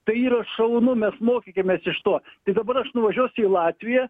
tai yra šaunu mes mokykimės iš to tai dabar aš nuvažiuosiu į latviją